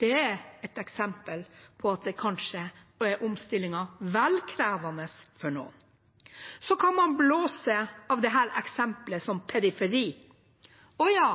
Det er et eksempel på at omstillingen kanskje er vel krevende for noen. Så kan man blåse av dette eksempelet som periferi. Ja,